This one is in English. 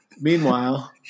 meanwhile